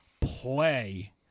play